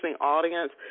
audience